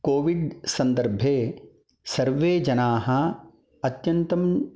COVID सम्दर्भे सर्वे जनाः अत्यन्तं